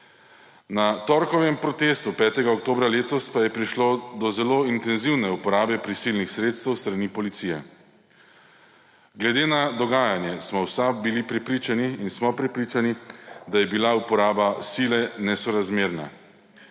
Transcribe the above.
Na torkovem protestu 5. oktobra letos pa je prišlo do zelo intenzivne uporabe prisilnih sredstev s strani policije. Glede na dogajanje smo bili in smo v SAB prepričani, da je bila uporaba sile nesorazmerna,